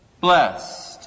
blessed